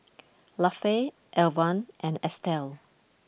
Lafe Alvan and Estelle